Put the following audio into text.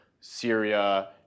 Syria